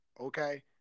Okay